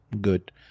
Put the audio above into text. good